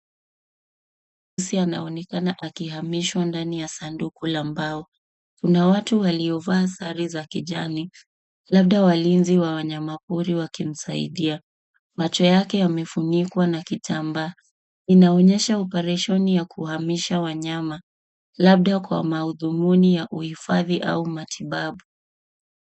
Nyati anaonekana akihamishwa ndani ya sanduku la mbao. Kuna watu waliovaa sare za kijamii, labda walinzi wa wanyamapori waliomsaidia. Macho yake yamefunikwa kwa kitambaa. Inaonyesha operesheni ya kuhamisha wanyama, labda kwa madhumuni ya uhifadhi au matibabu.